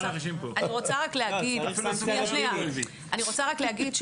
אני רוצה רק להגיד --- לא,